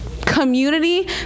community